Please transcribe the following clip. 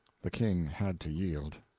the king had to yield.